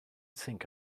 think